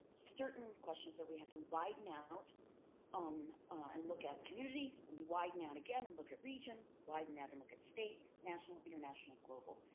certain questions that we have to widen out um and look at community, we widen out again and look at region, widen out and look at state, national, international, global.